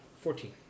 Fourteen